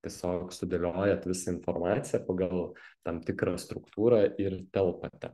tiesiog sudėliojat visą informaciją pagal tam tikrą struktūrą ir telpate